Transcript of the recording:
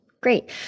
great